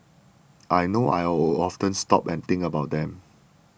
I know I'll often stop and think about them